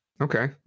Okay